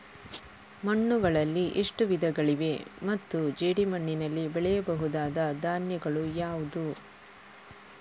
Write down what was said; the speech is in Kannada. ಮಣ್ಣುಗಳಲ್ಲಿ ಎಷ್ಟು ವಿಧಗಳಿವೆ ಮತ್ತು ಜೇಡಿಮಣ್ಣಿನಲ್ಲಿ ಬೆಳೆಯಬಹುದಾದ ಧಾನ್ಯಗಳು ಯಾವುದು?